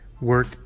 work